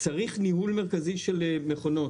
צריך ניהול מרכזי של מכונות.